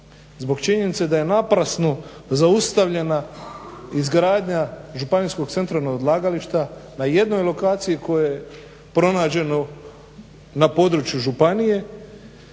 zbog činjenice da je naprasno zaustavljena izgradnja županijskog centralnog odlagališta na jednoj lokaciji kojoj je pronađeno na području županije